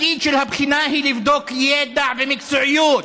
התפקיד של הבחינה הוא לבדוק ידע ומקצועיות,